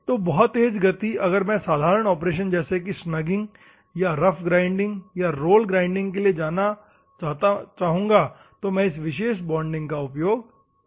तो बहुत तेज गति अगर मैं साधारण ऑपरेशन जैसे कि स्नग्गिंग या रफ ग्राइंडिंग या रोल ग्राइंडिंग के लिए जाना चाहूंगा तो मैं इस विशेष बॉन्डिंग का उपयोग कर सकते है